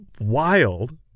wild